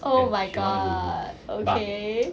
oh my god okay